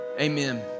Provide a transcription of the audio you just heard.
Amen